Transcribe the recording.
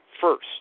first